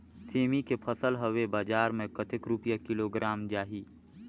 सेमी के फसल हवे बजार मे कतेक रुपिया किलोग्राम जाही?